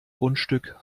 grundstück